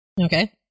Okay